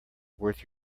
worth